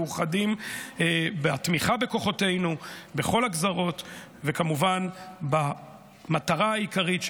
מאוחדים בתמיכה בכוחותינו בכל הגזרות וכמובן במטרה העיקרית,